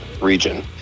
region